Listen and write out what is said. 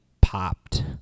popped